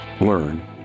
learn